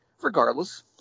regardless